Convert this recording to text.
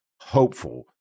hopeful